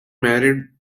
married